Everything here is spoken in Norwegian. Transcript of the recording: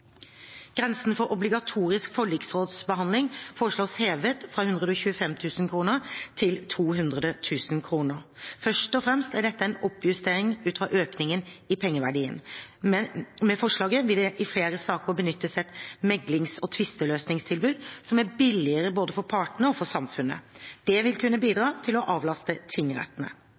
Grensen for obligatorisk forliksrådsbehandling foreslås hevet fra 125 000 kr til 200 000 kr. Først og fremst er dette en oppjustering ut fra økningen i pengeverdien. Med forslaget vil det i flere saker benyttes et meklings- og tvisteløsningstilbud som er billigere både for partene og for samfunnet. Det vil kunne bidra til å avlaste tingrettene.